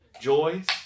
joys